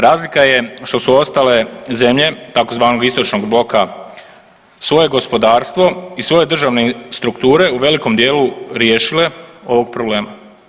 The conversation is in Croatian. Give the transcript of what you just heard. Razlika je što su ostale zemlje, tzv. istočnog bloka svoje gospodarstvo i svoje državne strukture u velikom dijelu riješile ovog problema.